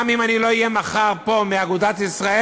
גם אם אני לא אהיה מחר פה מאגודת ישראל,